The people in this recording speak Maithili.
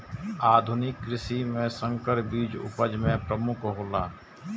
आधुनिक कृषि में संकर बीज उपज में प्रमुख हौला